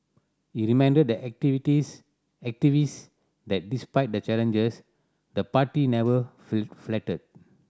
he reminded the activities activist that despite the challenges the party never